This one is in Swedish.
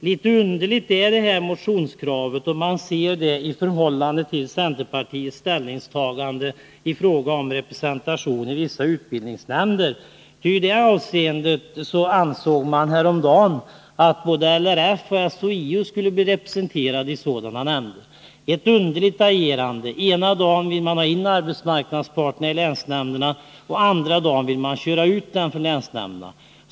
Litet underligt är det här motionskravet om man ser det i förhållande till centerpartiets ställningstagande i fråga om representationen i vissa utbildningsnämnder. I det avseendet ansåg centern häromdagen att både LRF och SHIO borde vara representerade i sådana nämnder. Ett underligt agerande — ena dagen vill man ha in arbetsmarknadsparter i länsnämnderna, andra dagen vill man köra ut dem från andra länsnämnder.